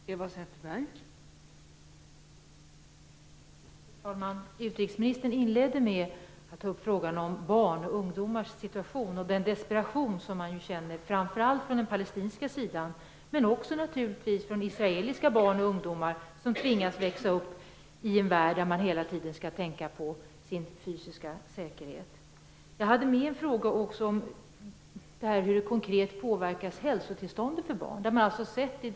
Fru talman! Utrikesministern inledde med att ta upp frågan om barns och ungdomars situation och den desperation som man känner framför allt från den palestinska sidan men också från den israeliska sidan med tanke på barn och ungdomar som tvingas växa upp i en värld där de hela tiden skall tänka på sin fysiska säkerhet. Jag hade med en fråga om hur hälsotillståndet för barn konkret påverkas.